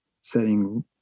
setting